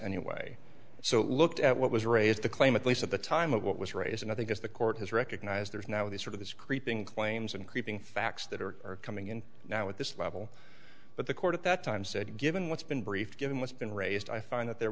anyway so looked at what was raised the claim at least at the time of what was raised and i think is the court has recognized there is now this sort of this creeping claims and creeping facts that are coming in now at this level but the court at that time said given what's been briefed given what's been raised i find that there